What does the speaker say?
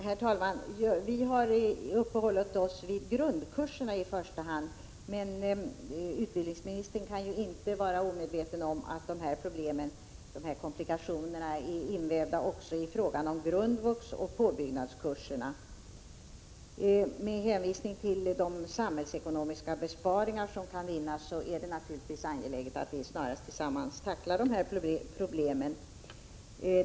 Herr talman! Vi har uppehållit oss i första hand vid grundkurserna, men utbildningsministern kan inte vara omedveten om att dessa komplikationer är invävda också i frågan om grundvux och påbyggnadskurserna. Med hänvisning till de samhällsekonomiska besparingar som kan vinnas är det naturligtvis angeläget att vi snarast tillsammans tacklar de här problemen.